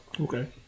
okay